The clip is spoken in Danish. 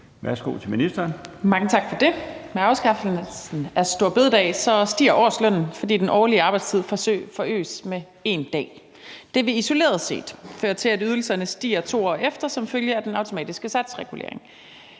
Halsboe-Jørgensen): Mange tak for det. Med afskaffelsen af store bededag stiger årslønnen, fordi den årlige arbejdstid forøges med en dag. Det vil isoleret set føre til, at ydelserne stiger 2 år efter som følge af den automatiske satsregulering.